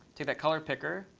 take that color picker.